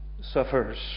suffers